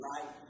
right